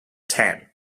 ten